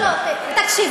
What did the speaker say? לא, לא, תקשיב.